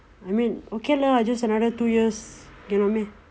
I mean okay lah just another two years you know what I mean